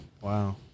Wow